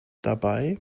dabei